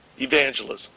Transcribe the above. evangelism